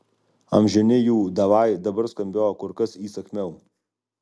amžini jų davai dabar skambėjo kur kas įsakmiau